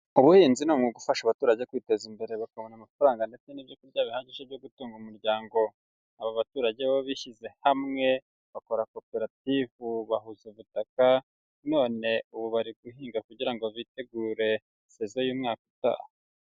Ubuhinzi ni umwuga ufasha abaturage kwiteza imbere bakabona amafaranga ndetse n'ibyo kurya bihagije byo gutunga umuryango, aba baturage bo bishyize hamwe bakora koperativu bahuza ubutaka, none ubu bari guhinga kugira ngo bitegure sezo y'umwaka utaha.